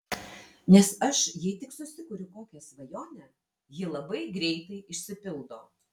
nes aš jei tik susikuriu kokią svajonę ji labai greitai išsipildo